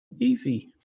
Easy